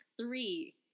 three